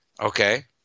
okay